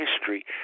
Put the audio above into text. history